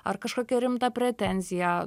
ar kažkokią rimtą pretenziją